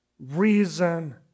reason